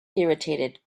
irritated